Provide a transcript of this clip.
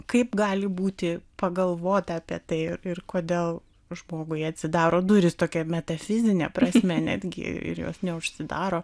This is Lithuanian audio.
kaip gali būti pagalvota apie tai ir kodėl žmogui atsidaro durys tokia metafizine prasme netgi ir jos neužsidaro